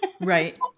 Right